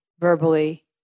Verbally